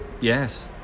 Yes